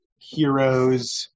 heroes